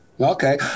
Okay